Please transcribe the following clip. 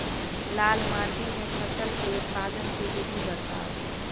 लाल माटि मे फसल केँ उत्पादन केँ विधि बताऊ?